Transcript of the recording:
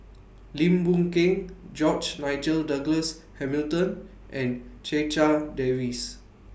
Lim Boon Keng George Nigel Douglas Hamilton and Checha Davies